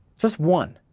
just one,